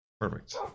Perfect